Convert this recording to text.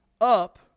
up